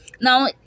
Now